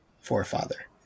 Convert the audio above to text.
forefather